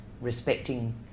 respecting